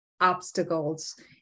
obstacles